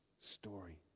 story